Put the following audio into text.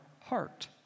heart